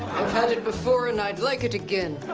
i've had it before and i'd like it again.